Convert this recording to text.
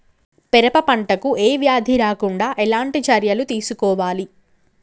పెరప పంట కు ఏ వ్యాధి రాకుండా ఎలాంటి చర్యలు తీసుకోవాలి?